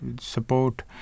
support